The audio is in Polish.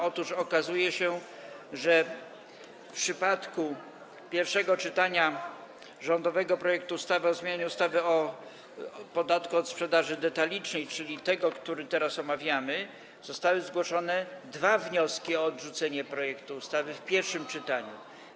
Otóż okazuje się, że w czasie pierwszego czytania rządowego projektu ustawy o zmianie ustawy o podatku od sprzedaży detalicznej, tego, który teraz omawiamy, zostały zgłoszone dwa wnioski o odrzucenie projektu ustawy w pierwszym czytaniu.